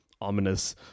ominous